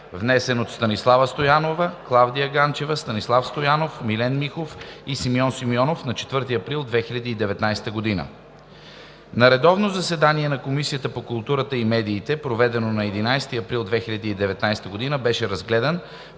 внесен от Станислава Стоянова, Клавдия Ганчева, Станислав Стоянов, Милен Михов и Симеон Симеонов на 4 април 2019 г. На редовно заседание на Комисията по културата и медиите, проведено на 11 април 2019 г., беше разгледан